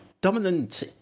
dominant